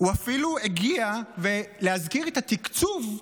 הוא אפילו הגיע להזכיר את התקצוב,